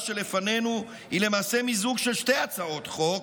שלפנינו היא למעשה מיזוג של שתי הצעות חוק,